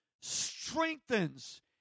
strengthens